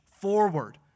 forward